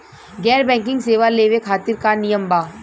गैर बैंकिंग सेवा लेवे खातिर का नियम बा?